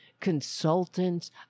consultants